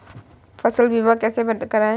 फसल बीमा कैसे कराएँ?